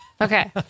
Okay